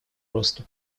росту